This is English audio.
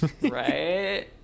Right